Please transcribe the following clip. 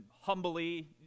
humbly